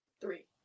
Three